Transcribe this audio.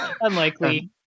Unlikely